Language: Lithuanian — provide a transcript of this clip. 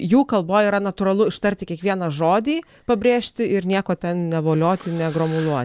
jų kalboj yra natūralu ištarti kiekvieną žodį pabrėžti ir nieko ten nevolioti negromuluo